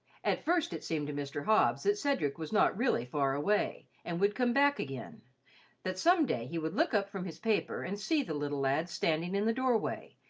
at first it seemed to mr. hobbs that cedric was not really far away, and would come back again that some day he would look up from his paper and see the little lad standing in the door-way,